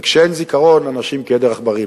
וכשאין זיכרון, אנשים כעדר עכברים.